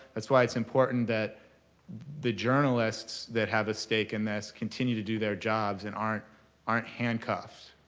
that's why it's important that the journalists that have a stake in this continue to do their jobs and aren't aren't handcuffed.